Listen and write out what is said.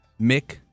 Mick